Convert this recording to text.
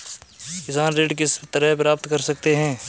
किसान ऋण किस तरह प्राप्त कर सकते हैं?